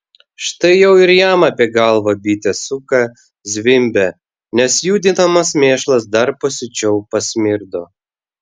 štai jau ir jam apie galvą bitė suka zvimbia nes judinamas mėšlas dar pasiučiau pasmirdo